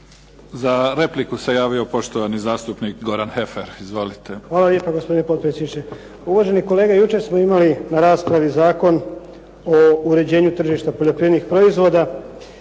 Za repliku se javio poštovani zastupnik Goran Heffer. Izvolite. **Heffer, Goran (SDP)** Hvala lijepa gospodine potpredsjedniče. Uvaženi kolega jučer smo imali na raspravi Zakon o uređenju tržišta poljoprivrednih proizvoda